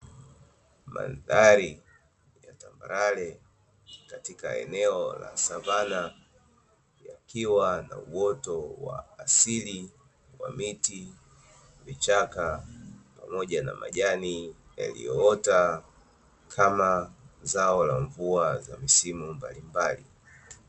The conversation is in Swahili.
Mandhari ya tambarare katika eneo la savana. Yakiwa na uoto wa asili wa miti, vichaka, pamoja na majani; yaliyoota kama zao la mvua za misimu mbalimbali.